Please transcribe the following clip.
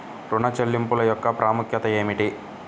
ఋణ చెల్లింపుల యొక్క ప్రాముఖ్యత ఏమిటీ?